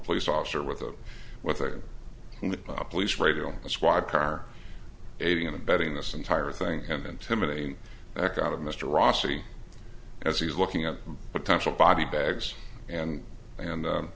police officer with a with a in the police radio squad car aiding and abetting this entire thing and intimidating account of mr rossi as he's looking at potential body bags and and